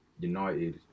United